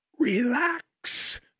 Relax